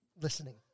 listening